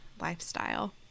lifestyle